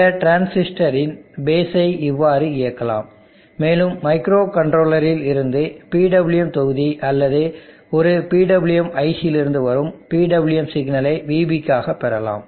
இந்த டிரான்சிஸ்டரின் பேஸ் ஐ இவ்வாறு இயக்கலாம் மேலும் மைக்ரோகண்ட்ரோலரில் இருந்து வரும் PWM தொகுதி அல்லது ஒரு PWM IC யிலிருந்து வரும் PWM சிக்னலை Vb க்காக பெறலாம்